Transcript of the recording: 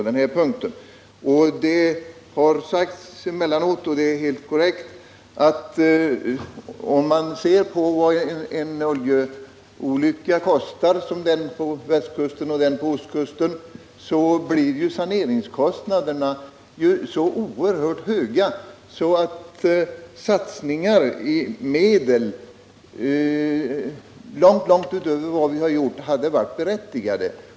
Det har sagts emellanåt, och det är helt korrekt, att om man ser på en oljeolycka, som den på västkusten och den på ostkusten, så finner man att saneringskostnaderna blir så oerhört höga att satsningar i medel långt utöver vad vi har gjort hade varit berättigade.